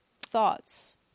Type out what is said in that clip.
thoughts